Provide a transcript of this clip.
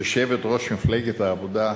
יושבת-ראש מפלגת העבודה.